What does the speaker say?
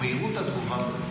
מהירות התגובה,